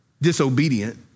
disobedient